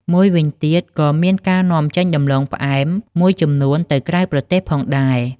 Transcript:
មួយវិញទៀត ក៏មានការនាំចេញដំឡូងផ្អែមមួយចំនួនទៅក្រៅប្រទេសផងដែរ។